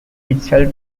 itself